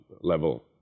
level